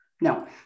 No